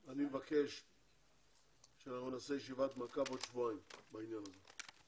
אני מבקש שאנחנו נעשה ישיבת מעקב עוד שבועיים בעניין הזה.